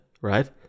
right